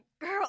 girl